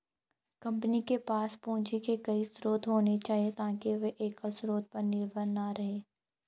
company के पास पूंजी के कई स्रोत होने चाहिए ताकि वे एकल स्रोत पर निर्भर न रहें